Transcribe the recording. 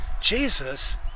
Jesus